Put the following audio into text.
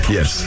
Yes